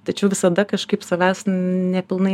tačiau visada kažkaip savęs nepilnai